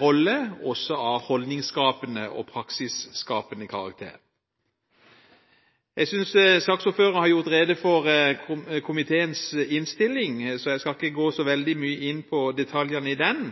rolle også av holdningsskapende og praksisskapende karakter. Saksordføreren har gjort rede for komiteens innstilling, så jeg skal ikke gå så veldig mye inn på detaljene i den,